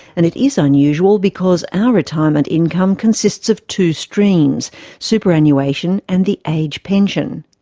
and it is unusual because our retirement income consists of two streams superannuation and the age pension.